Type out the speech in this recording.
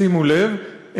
שימו לב,